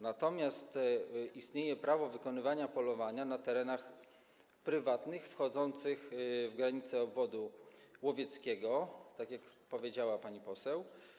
Natomiast istnieje prawo wykonywania polowania na terenach prywatnych wchodzących w granice obwodu łowieckiego, tak jak powiedziała pani poseł.